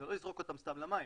לא לזרוק אותם סתם למים.